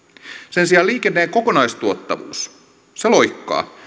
sen sijaan liikenteen kokonaistuottavuus loikkaa